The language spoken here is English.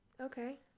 Okay